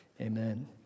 amen